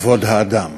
כבוד האדם,